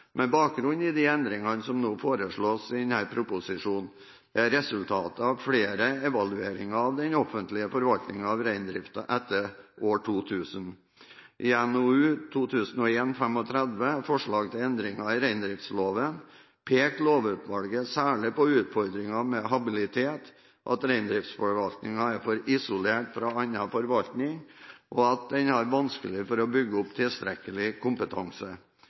de endringene som nå foreslås i denne proposisjonen, er resultat fra flere evalueringer av den offentlige forvaltningen av reindriften etter år 2000. I NOU 2001:35 Forslag til endringer i reindriftsloven peker lovutvalget særlig på utfordringer med habilitet, at reindriftsforvaltningen er for isolert fra annen forvaltning, og at den har vanskelig for å bygge opp tilstrekkelig kompetanse.